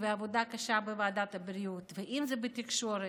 ועבודה קשה בוועדת הבריאות ואם זה בתקשורת.